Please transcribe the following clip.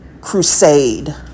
crusade